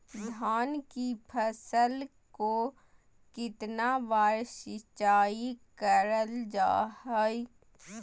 धान की फ़सल को कितना बार सिंचाई करल जा हाय?